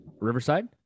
Riverside